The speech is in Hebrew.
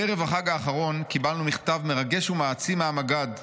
בערב החג האחרון קיבלנו מכתב מרגש ומעצים מהמג"ד,